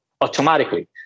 automatically